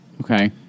Okay